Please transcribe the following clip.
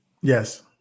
Yes